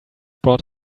brought